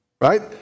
Right